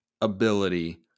ability